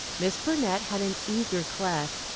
miss burnett had an eager class,